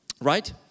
right